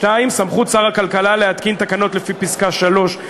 2. סמכות שר הכלכלה להתקין תקנות לפי פסקה 3(ב)